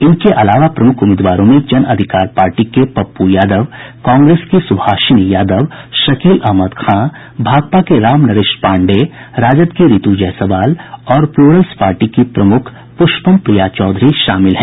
इनके अलावा प्रमुख उम्मीदवारों में जन अधिकार पार्टी के पप्पू यादव कांग्रेस की सुभाषिनी यादव शकील अहमद खां भाकपा के राम नरेश पांडये राजद की रितु जायसवाल और प्लुरल्स पार्टी की पुष्पम प्रिया चौधरी शामिल हैं